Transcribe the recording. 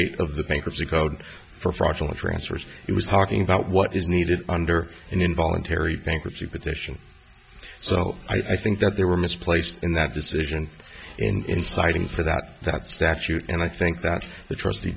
eight of the bankruptcy code for fraudulent transfers it was talking about what is needed under an involuntary bankruptcy petition so i think that they were misplaced in that decision in citing for that that statute and i think that the trustee